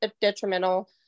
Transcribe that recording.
detrimental